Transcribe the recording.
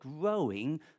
growing